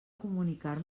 comunicar